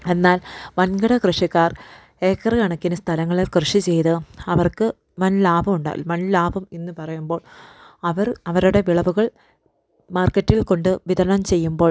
എന്നാൽ വൻകിട കൃഷിക്കാർ ഏക്കറ് കണക്കിന് സ്ഥലങ്ങൾ കൃഷി ചെയ്ത് അവർക്ക് വൻലാഭം ഉണ്ടാക്കും വൻലാഭം എന്ന് പറയുമ്പോൾ അവർ അവരുടെ വിളവുകൾ മാർക്കറ്റിൽ കൊണ്ട് വിതരണം ചെയ്യുമ്പോൾ